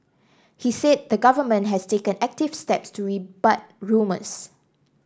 he said the Government has taken active steps to rebut rumours